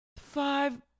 five